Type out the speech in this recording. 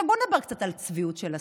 בואו נדבר קצת על הצביעות של השמאל.